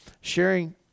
sharing